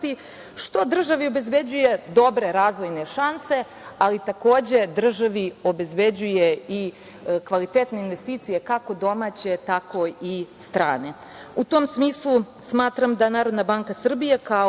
što državi obezbeđuje dobre razvojne šanse, ali takođe državi obezbeđuje i kvalitetne investicije, kako domaće tako i strane.U tom smislu, smatram da Narodna banka Srbije kao